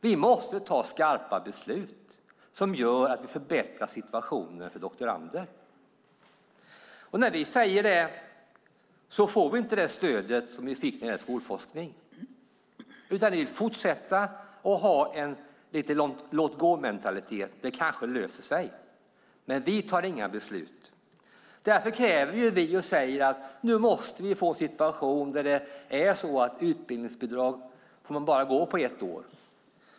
Vi måste ta skarpa beslut som gör att vi förbättrar situationen för doktorander. När vi säger det får vi inte det stöd som vi fick när det gäller skolforskning, utan ni vill fortsätta att ha en låt-gå-mentalitet: Det kanske löser sig, men vi tar inga beslut. Därför säger vi: Nu måste vi få en situation där man bara får gå på utbildningsbidrag i ett år.